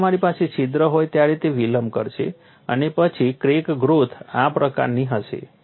જ્યારે તમારી પાસે છિદ્ર હોય ત્યારે તે વિલંબ કરશે અને પછી ક્રેક ગ્રોથ આ પ્રકારની હશે